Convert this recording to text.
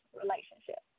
relationship